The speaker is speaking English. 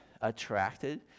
attracted